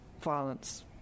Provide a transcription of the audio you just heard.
violence